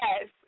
Yes